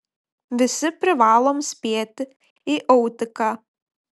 visi privalom spėti į autiką